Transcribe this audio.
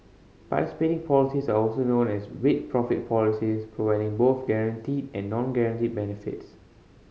participating policies are also known as 'with profits' policies providing both guaranteed and non guaranteed benefits